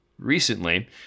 recently